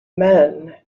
men